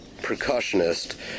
percussionist